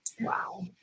Wow